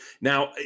now